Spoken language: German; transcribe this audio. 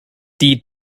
die